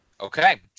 Okay